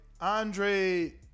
Andre